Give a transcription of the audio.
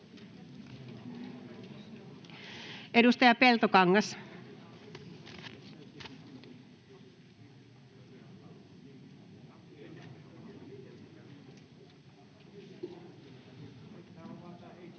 Edustaja Peltokangas. [Speech